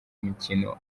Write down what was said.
mikino